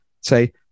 say